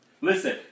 Listen